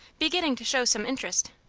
beginning to show some interest.